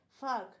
fuck